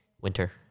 winter